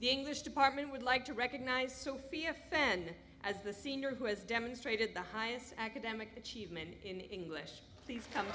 the english department would like to recognize sophia fen as the senior who has demonstrated the highest academic achievement in english please come